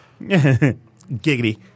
giggity